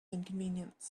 inconvenience